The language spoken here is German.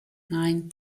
nein